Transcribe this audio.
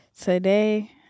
today